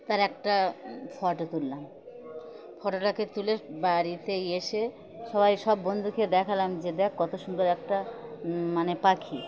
তার একটা ফটো তুললাম ফটোটাকে তুলে বাড়িতে এসে সবাই সব বন্ধুকে দেখালাম যে দেখ কত সুন্দর একটা মানে পাখি